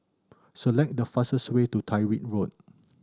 select the fastest way to Tyrwhitt Road